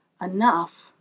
enough